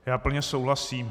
Já plně souhlasím.